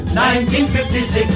1956